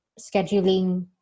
scheduling